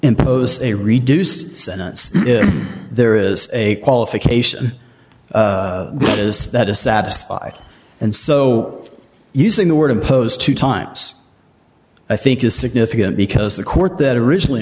impose a reduced sentence there is a qualification as that is satisfied and so using the word impose two times i think is significant because the court that originally